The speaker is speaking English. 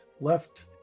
left